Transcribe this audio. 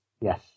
Yes